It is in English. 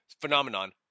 phenomenon